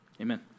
Amen